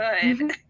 good